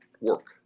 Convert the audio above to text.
work